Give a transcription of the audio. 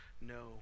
no